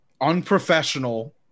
unprofessional